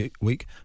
week